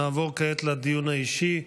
נעבור כעת לדיון האישי.